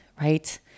Right